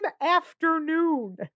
afternoon